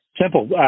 Simple